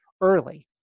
early